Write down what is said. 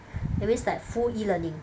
that means like full e-learning